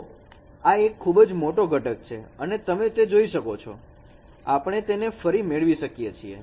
તો આ એક ખૂબ જ મોટો ઘટક છે અને તમે તે જોઈ શકો છો આપણે તેને ફરી મેળવી શકીએ છીએ